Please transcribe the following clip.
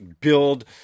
build